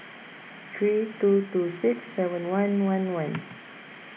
three two two six seven one one one